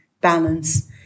balance